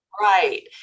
Right